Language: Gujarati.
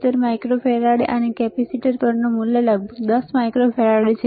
77 માઇક્રોફેરાડે અને કેપેસિટર પરનું મૂલ્ય લગભગ 10માઇક્રોફેરાડે છે